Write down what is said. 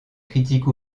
critique